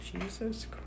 Jesus